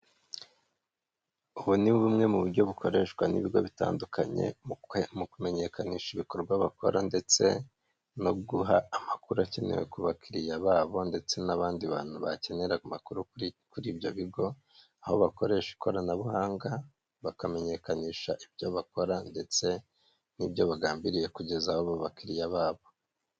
Ubu ni bumwe mu buryo bukoreshwa n'ibigo bitandukanye, mu kumenyekanisha ibikorwa bakora ndetse no guha amakuru akenewe ku bakiriya babo, ndetse n'abandi bantu bakenera amakuru kuri ibyo bigo, aho bakoresha ikoranabuhanga, bakamenyekanisha ibyo bakora, ndetse n'ibyo bagambiriye kugeza ku bakiriya babo.